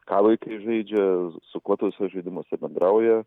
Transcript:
ką vaikai žaidžia su kuo tuose žaidimuose bendrauja